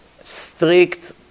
strict